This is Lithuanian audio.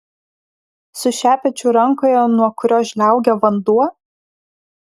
su šepečiu rankoje nuo kurio žliaugia vanduo